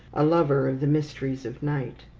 a lover of the mysteries of night.